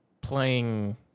playing